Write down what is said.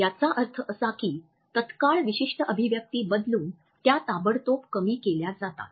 याचा अर्थ असा की तत्काळ विशिष्ट्य अभिव्यक्ती बदलून त्या ताबडतोब कमी केल्या जातात